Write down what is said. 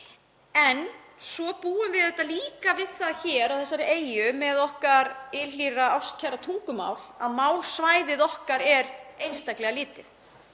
Svo búum við auðvitað líka við það hér á þessari eyju, með okkar ylhýra ástkæra tungumál, að málsvæðið okkar er einstaklega lítið